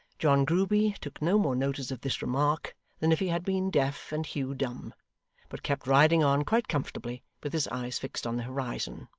john grueby took no more notice of this remark than if he had been deaf and hugh dumb but kept riding on quite comfortably, with his eyes fixed on the horizon.